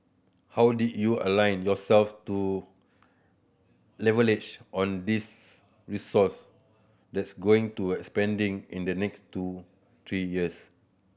how do you align yourself to leverage on this resource that's going to a expanding in the next two three years